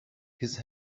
his